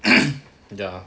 ya